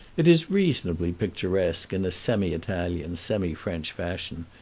it is reasonably picturesque in a semi-italian, semi-french fashion,